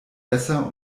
besser